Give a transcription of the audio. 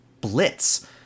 Blitz